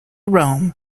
rome